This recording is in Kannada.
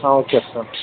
ಹಾಂ ಓಕೆ ಸರ್